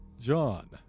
John